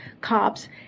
cops